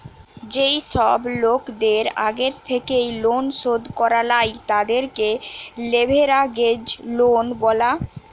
যেই সব লোকদের আগের থেকেই লোন শোধ করা লাই, তাদেরকে লেভেরাগেজ লোন বলা হয়